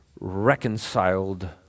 reconciled